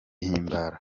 himbara